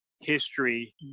history